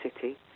City